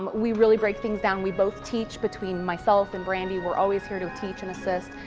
we really break things down. we both teach, between myself and brandi. we're always here to teach and assist.